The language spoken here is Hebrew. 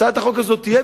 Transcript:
הצעת החוק הזאת תהיה,